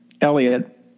Elliot